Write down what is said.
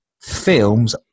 films